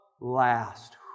last